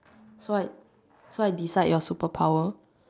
so I so I decide your superpower